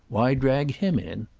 why drag him in?